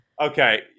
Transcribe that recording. okay